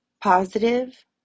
positive